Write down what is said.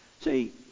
See